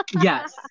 Yes